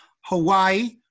Hawaii